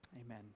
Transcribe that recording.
Amen